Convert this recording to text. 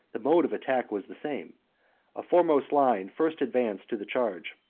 the mode of attack was the same a foremost line first advanced to the charge,